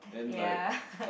ya